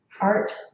art